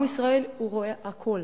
עם ישראל רואה הכול.